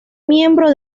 miembro